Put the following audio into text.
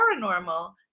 paranormal